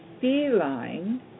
feline